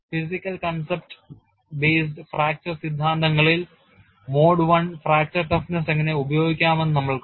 physical concept based fracture സിദ്ധാന്തങ്ങളിൽ mode I fracture toughness എങ്ങനെ ഉപയോഗിക്കാമെന്ന് നമ്മൾ കണ്ടു